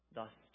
Thus